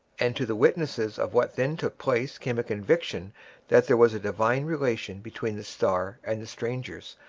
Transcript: and to the witnesses of what then took place came a conviction that there was a divine relation between the star and the strangers,